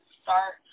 start